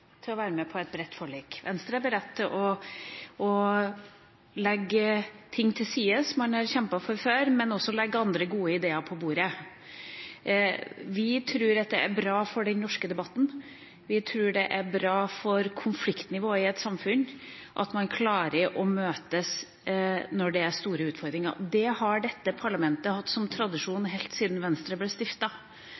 til å legge ting til side som vi har kjempet for før, men også legge gode ideer på bordet. Vi tror det er bra for den norske debatten, vi tror det er bra for konfliktnivået i et samfunn, at man klarer å møtes når det er store utfordringer. Det har dette parlamentet hatt som tradisjon helt siden Venstre ble